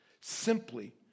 simply